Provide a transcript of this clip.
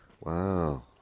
Wow